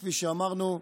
כפי שאמרנו,